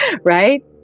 Right